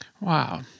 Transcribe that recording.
Wow